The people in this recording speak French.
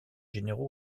généraux